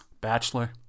bachelor